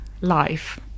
life